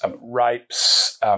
rapes